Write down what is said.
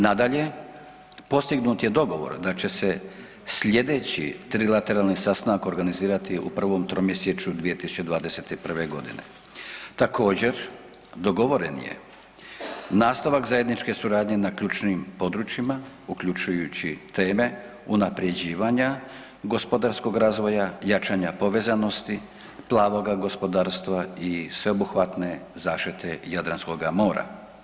Nadalje, postignut je dogovor da će se sljedeći trilateralni sastavak organizirati u prvom tromjesečju 2021. g. Također, dogovoren je nastavak zajedničke suradnje na ključnim područjima, uključujući teme unaprjeđivanja gospodarskog razvoja, jačanja povezanosti plavoga gospodarstva i sveobuhvatne zaštite Jadranskoga mora.